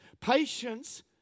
Patience